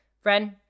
Friend